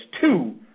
two